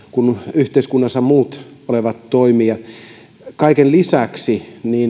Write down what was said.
yhteiskunnassa olevien toimijoiden kaiken lisäksi